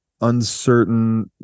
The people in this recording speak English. uncertain